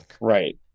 Right